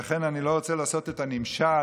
אני לא רוצה לעשות את הנמשל,